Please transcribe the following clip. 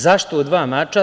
Zašto u dva mača?